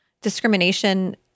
discrimination